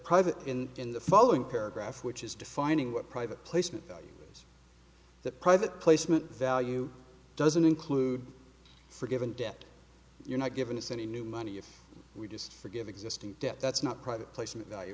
private in in the following paragraph which is defining what private placement value is that private placement value doesn't include forgiven debt you're not giving us any new money if we just forgive existing debt that's not private placement value